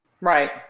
Right